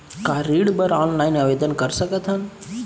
का ऋण बर ऑनलाइन आवेदन कर सकथन?